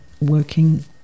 working